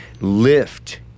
lift